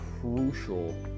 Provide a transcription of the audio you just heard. crucial